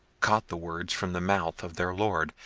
caught the words from the mouth of their lord,